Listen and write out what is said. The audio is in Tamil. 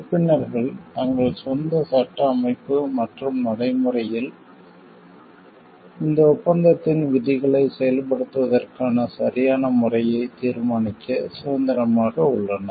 உறுப்பினர்கள் தங்கள் சொந்த சட்ட அமைப்பு மற்றும் நடைமுறையில் இந்த ஒப்பந்தத்தின் விதிகளை செயல்படுத்துவதற்கான சரியான முறையை தீர்மானிக்க சுதந்திரமாக உள்ளனர்